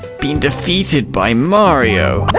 been defeated by mario!